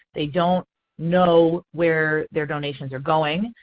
they don't know where their donations are going.